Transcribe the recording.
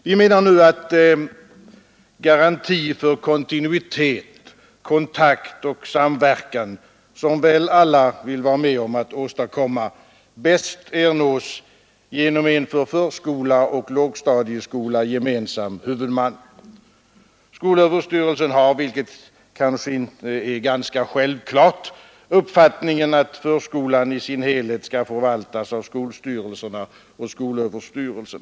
Vi menar nu att den garanti för kontinuerlig kontakt och samverkan som väl alla vill vara med om att åstadkomma bäst ernås genom en för förskola och lågstadieskola gemensam huvudman. Skolöverstyrelsen har, vilket kanske är ganska självklart, uppfattningen att förskolan i sin helhet skall förvaltas av skolstyrelserna och skolöverstyrelsen.